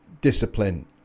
discipline